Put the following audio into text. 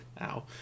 Ow